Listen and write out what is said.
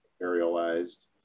aerialized